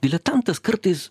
diletantas kartais